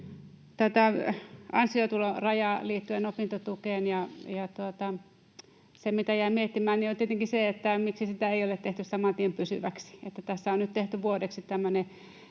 tätä ansiotulorajaa liittyen opintotukeen. Se, mitä jäin miettimään, on tietenkin se, miksi sitä ei ole tehty saman tien pysyväksi, vaan tässä on nyt tehty vuodeksi tämmöinen